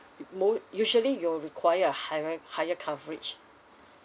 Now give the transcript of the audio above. mo~ usually you'll require a higher higher coverage